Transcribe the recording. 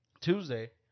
Tuesday